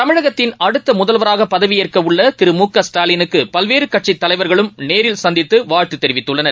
தமிழகத்தின் அடுத்தமுதல்வராகபதவியேற்கவுள்ளதிரு மு க ஸ்டாலினுக்குபல்வேறுகட்சித் தலைவர்களும் நேரில் சந்தித்துவாழ்த்துத் தெரிவித்துள்ளனர்